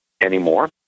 anymore